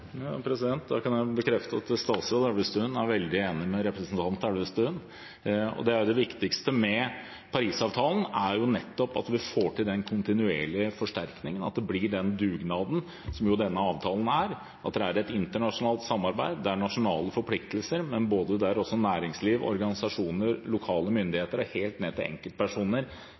Det viktigste med Parisavtalen er nettopp at vi får til den kontinuerlige forsterkningen, at det blir den dugnaden som denne avtalen er, at det er et internasjonalt samarbeid, at det er nasjonale forpliktelser, men der også både næringsliv, organisasjoner, lokale myndigheter og helt ned til enkeltpersoner